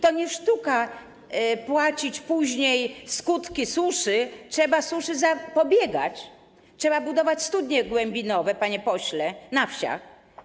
To nie sztuka płacić później za skutki suszy, trzeba suszy zapobiegać, trzeba budować studnie głębinowe, panie pośle, na wsiach.